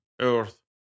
earth